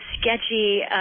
sketchy